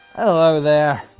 hello there.